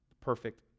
perfect